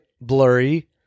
blurry